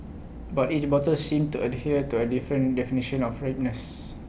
but each bottle seemed to adhere to A different definition of ripeness